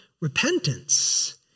repentance